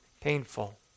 painful